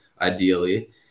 ideally